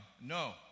No